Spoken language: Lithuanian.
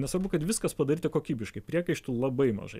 nesvarbu kad viskas padaryta kokybiškai priekaištų labai mažai